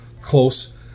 close